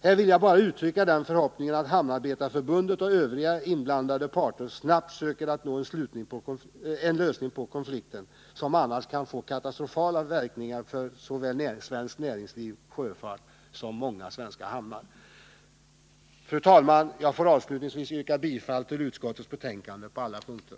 Här vill jag bara uttrycka den förhoppningen att Svenska hamnarbetarförbundet och övriga inblandade parter snabbt försöker nå en lösning på konflikten, som annars kan få katastrofala verkningar för såväl svenskt näringsliv och sjöfart som många svenska hamnar. Fru talman! Jag ber avslutningsvis att få yrka bifall till utskottets hemställan på alla punkter.